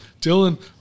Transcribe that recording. Dylan